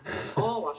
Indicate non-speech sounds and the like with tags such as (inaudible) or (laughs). (laughs)